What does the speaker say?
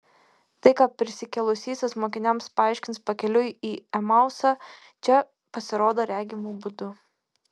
tai ką prisikėlusysis mokiniams paaiškins pakeliui į emausą čia pasirodo regimu būdu